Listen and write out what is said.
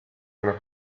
una